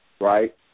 right